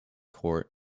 court